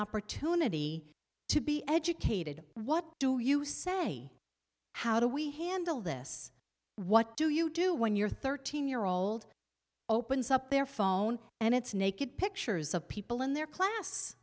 opportunity to be educated what do you say how do we handle this what do you do when your thirteen year old opens up their phone and it's naked pictures of people in their class